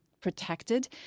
protected